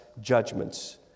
judgments